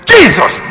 Jesus